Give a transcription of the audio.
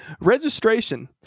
Registration